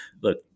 look